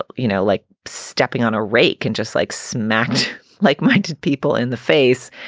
you know, like stepping on a rake and just like smacked like minded people in the face.